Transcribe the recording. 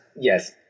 Yes